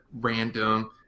random